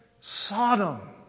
Sodom